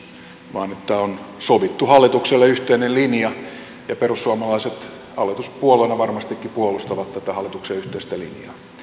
vaan on sovittu hallitukselle yhteinen linja ja perussuomalaiset hallituspuolueena varmastikin puolustavat tätä hallituksen yhteistä